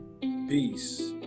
Peace